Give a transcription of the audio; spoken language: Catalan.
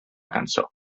cançó